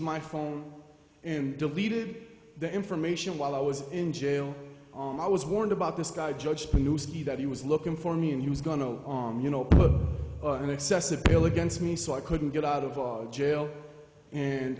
my phone and deleted the information while i was in jail i was warned about this guy judge who knew see that he was looking for me and he was going to go on you know put an excessive bill against me so i couldn't get out of jail and